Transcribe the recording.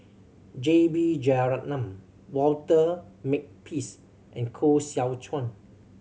J B Jeyaretnam Walter Makepeace and Koh Seow Chuan